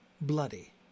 Bloody